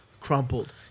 crumpled